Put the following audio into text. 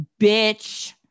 bitch